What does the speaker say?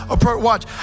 Watch